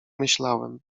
myślałem